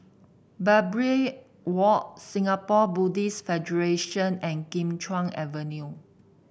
Barbary Walk Singapore Buddhist Federation and Kim Chuan Avenue